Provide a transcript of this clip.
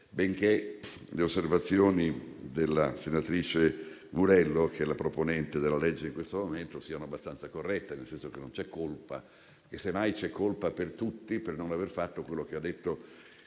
benché le osservazioni della senatrice Murelli, che è la proponente del disegno di legge, in questo momento siano abbastanza corrette, nel senso che non c'è colpa. Semmai, c'è colpa per tutti, per non aver fatto quello che ha detto in modo